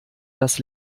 das